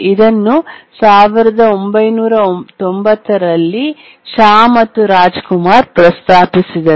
ಇದನ್ನು 1990 ರಲ್ಲಿ ಶಾ ಮತ್ತು ರಾಜ್ಕುಮಾರ್ ಪ್ರಸ್ತಾಪಿಸಿದರು